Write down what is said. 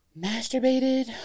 Masturbated